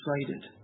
excited